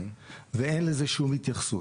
ואין לזה שום התייחסות.